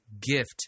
gift